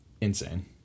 insane